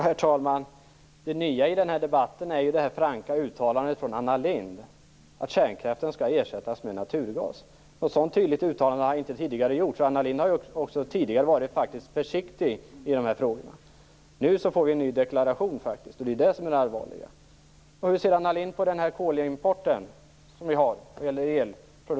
Herr talman! Det nya i debatten är Anna Lindhs franka uttalande om att kärnkraften skall ersättas med naturgas. Ett sådant tydligt uttalande har inte gjorts tidigare. Anna Lindh har tidigare varit försiktig i dessa frågor. Nu får vi en ny deklaration. Det är det som är det allvarliga. Hur ser Anna Lindh på kolimporten?